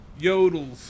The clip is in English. Yodels